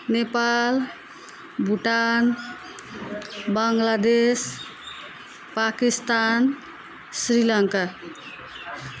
Nepal Bhutan Bangladesh Pakistan Sri Lanka